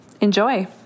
enjoy